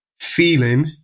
feeling